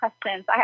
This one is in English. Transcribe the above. questions